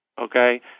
Okay